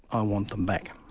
i want them back.